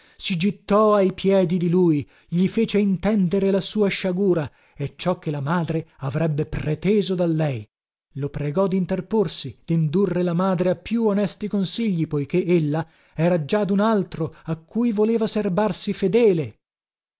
si gittò ai piedi di lui gli fece intendere la sua sciagura e ciò che la madre avrebbe preteso da lei lo pregò dinterporsi dindurre la madre a più onesti consigli poiché ella era già dun altro a cui voleva serbarsi fedele